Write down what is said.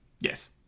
Yes